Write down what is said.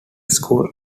schools